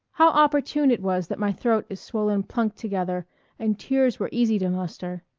how opportune it was that my throat is swollen plunk together and tears were easy to muster.